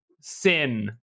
sin